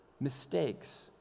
mistakes